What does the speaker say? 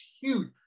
huge